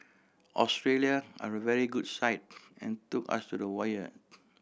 Australia are a very good side and took us to the wire